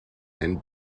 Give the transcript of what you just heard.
and